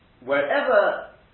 wherever